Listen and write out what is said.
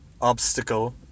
obstacle